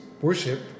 worship